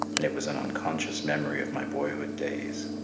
and it was an unconscious memory of my boyhood days.